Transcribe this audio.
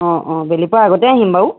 অ অ বেলি পৰাৰ আগতে আহিম বাৰু